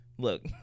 Look